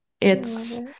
it's-